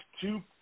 two